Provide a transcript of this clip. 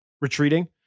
retreating